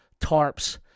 tarps